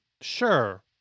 sure